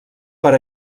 per